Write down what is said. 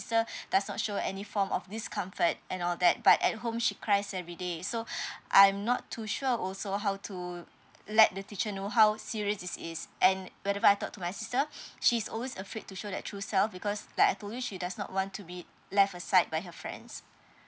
sister does not show any form of discomfort and all that but at home she cries everyday so I'm not too sure also how to let the teacher know how serious this is and whenever I talk to my sister she's always afraid to show the true self because like I told you she does not want to be left her side by her friends